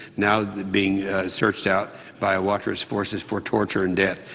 now being searched out by quattara's forces for torture and death.